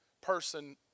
person